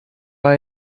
war